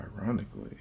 Ironically